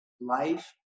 life